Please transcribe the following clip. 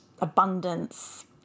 abundance